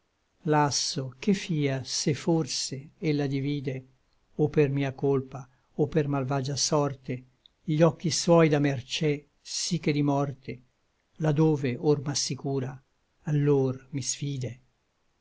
lasso che fia se forse ella divide o per mia colpa o per malvagia sorte gli occhi suoi da mercé sí che di morte là dove or m'assicura allor mi sfide